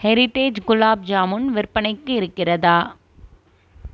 heritage gulab jamun விற்பனைக்கி இருக்கிறதா